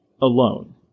alone